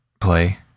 play